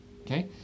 okay